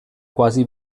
quasi